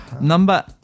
number